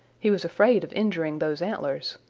he was afraid of injuring those antlers.